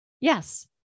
Yes